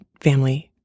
family